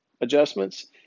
adjustments